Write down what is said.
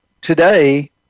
today